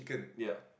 ya